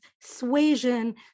suasion